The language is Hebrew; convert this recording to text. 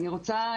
אני רוצה,